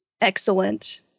excellent